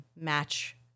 match